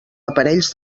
aparells